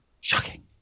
Shocking